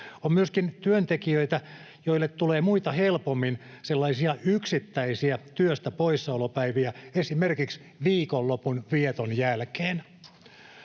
On myöskin työntekijöitä, joille tulee muita helpommin sellaisia yksittäisiä työstä poissaolopäiviä esimerkiksi viikonlopunvieton jälkeen.